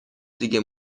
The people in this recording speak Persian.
دیگه